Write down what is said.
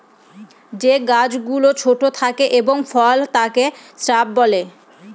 যে গাছ গুলো ছোট থাকে এবং ফল হয় তাকে শ্রাব বলে